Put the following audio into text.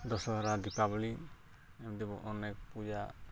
ଦଶହରା ଦୀପାବଳି ଏମିତି ଅନେକ ପୂଜା